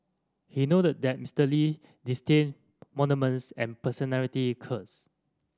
he noted that Mister Lee disdained monuments and personality cults